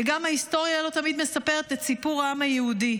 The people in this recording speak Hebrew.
וגם ההיסטוריה לא תמיד מספרת את סיפור העם היהודי.